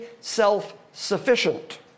self-sufficient